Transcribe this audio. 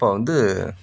அப்போ வந்து